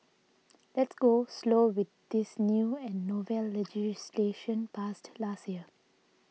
let's go slow with this new and novel legislation passed last year